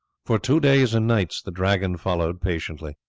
for two days and nights the dragon followed patiently.